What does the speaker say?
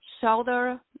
shoulder